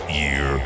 year